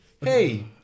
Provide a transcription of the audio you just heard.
hey